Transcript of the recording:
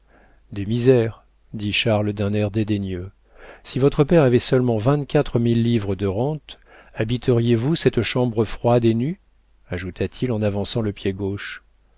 des misères dit charles d'un air dédaigneux si votre père avait seulement vingt-quatre mille livres de rente habiteriez vous cette chambre froide et nue ajouta-t-il en avançant le pied gauche